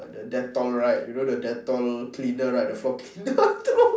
the dettol right you know the dettol cleaner right the floor cleaner then I throw